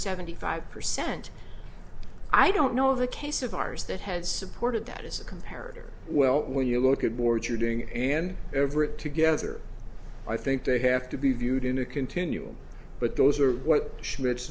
seventy five percent i don't know of a case of ours that has supported that is a comparative well when you look at more to doing and everett together i think they have to be viewed in a continuum but those are what schmidt